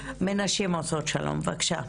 נעמי מ'נשים עושות שלום', בבקשה.